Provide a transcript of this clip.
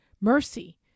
mercy